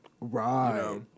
Right